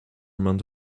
amount